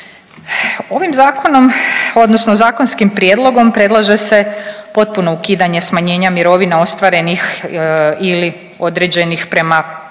Ovim zakonom, odnosno zakonskim prijedlogom predlaže se potpuno ukidanje smanjenja mirovina ostvarenih ili određenih prema posebnim